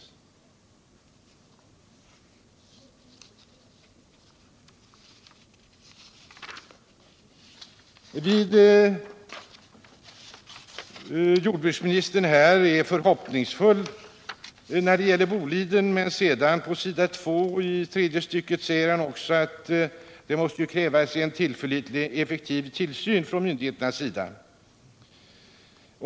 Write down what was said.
Jordbruksministern är förhoppningsfull när det gäller Boliden, men litet senare i svaret säger han att det måste krävas ”en effektiv tillsyn från myndigheternas sida”.